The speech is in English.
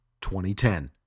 2010